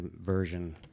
version